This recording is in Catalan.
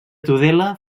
tudela